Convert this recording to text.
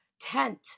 tent